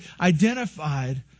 identified